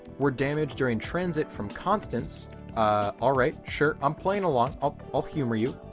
were damaged during transit from konstanz, ah all right sure i'm playing along i'll i'll humor you.